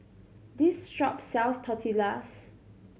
this shop sells Tortillas